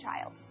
child